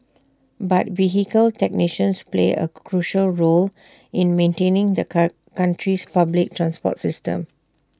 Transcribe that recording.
but vehicle technicians play A crucial role in maintaining the country's public transport system